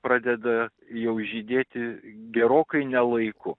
pradeda jau žydėti gerokai ne laiku